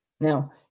Now